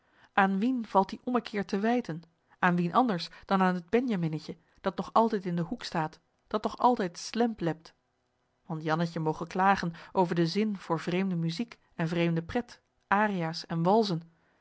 aan wien valt die ommekeer te wijten aan wien anders dan aan het benjaminnetje dat nog altijd in den hoek staat dat nog altijd slemp lept want jannetje moge klagen over den zin voor vreemde muzijk en vreemde pret aria's en walzen